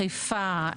חיפה,